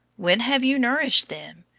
when have you nourished them?